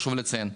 לא תוך חודשיים.